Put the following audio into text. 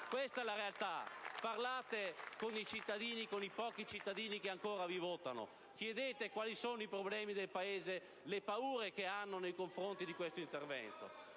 Questa è la realtà, parlate con i pochi cittadini che ancora vi votano, chiedete quali sono i problemi del Paese, le paure che hanno nei confronti di questo intervento.